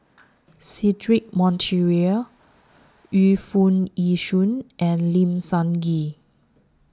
Cedric Monteiro Yu Foo Yee Shoon and Lim Sun Gee